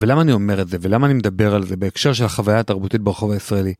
ולמה אני אומר את זה ולמה אני מדבר על זה בהקשר של החוויה התרבותית ברחוב הישראלי.